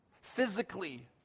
physically